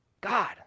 God